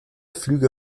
flüge